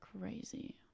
Crazy